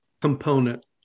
component